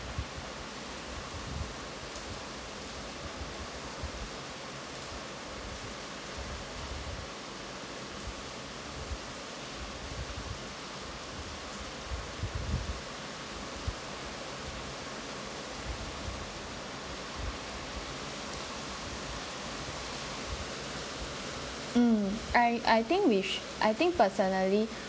mm I I think we ~sh I think personally